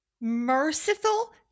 merciful